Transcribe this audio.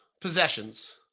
possessions